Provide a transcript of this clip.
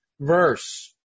verse